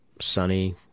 sunny